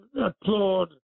applaud